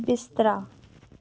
बिस्तरा